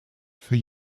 für